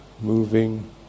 moving